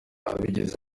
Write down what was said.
abagize